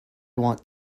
want